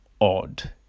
odd